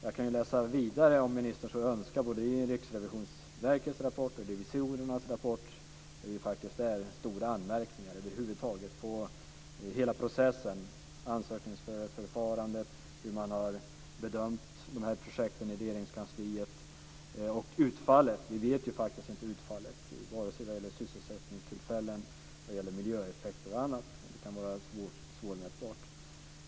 Jag kan läsa vidare, om ministern så önskar, i både Riksrevisionsverkets och revisorernas rapport, där det faktiskt finns stora anmärkningar på hela processen över huvud taget - ansökningsförfarandet, hur man har bedömt projekten i Regeringskansliet och även utfallet. Vi vet ju faktiskt inte utfallet, vare sig vad gäller sysselsättningstillfällen, miljöeffekter eller annat. Detta kan också vara svårmätbart.